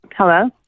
Hello